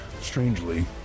Strangely